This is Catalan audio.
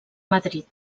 madrid